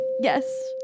Yes